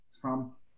Trump